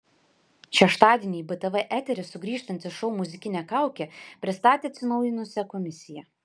šeštadienį į btv eterį sugrįžtantis šou muzikinė kaukė pristatė atsinaujinusią komisiją